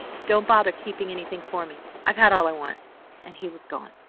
don't bother keeping anything for me, i've had all i want and he was gone.